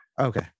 Okay